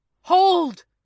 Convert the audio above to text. Hold